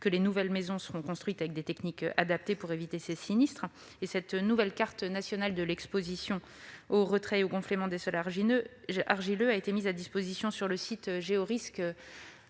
que les nouvelles maisons seront construites avec des techniques adaptées pour éviter ces sinistres. La nouvelle carte nationale de l'exposition au retrait-gonflement des sols argileux a été mise à disposition sur le site